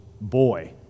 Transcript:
boy